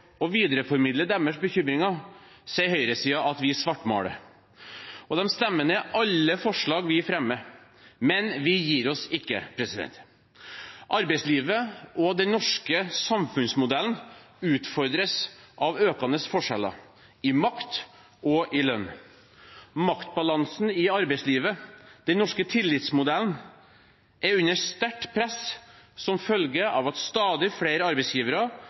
og videreformidler deres bekymringer, sier høyresiden at vi svartmaler, og de stemmer ned alle forslag vi fremmer. Men vi gir oss ikke. Arbeidslivet og den norske samfunnsmodellen utfordres av økende forskjeller når det gjelder makt og lønn. Maktbalansen i arbeidslivet, den norske tillitsmodellen, er under sterkt press som følge av at stadig flere arbeidsgivere